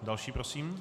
Další prosím.